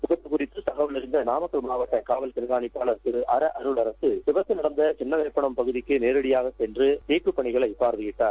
விபத்தட குறித்து தகவல் அறிந்த நாமக்கல் மாவட்ட காவல் கண்காணிப்பாளர் திரு அர அருள் அரசு விபத்து நடந்த இடத்திற்கு ரோடியாகச் சென்று மீட்புப் பணிகளை பார்வையிட்டார்